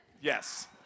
Yes